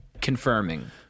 confirming